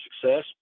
success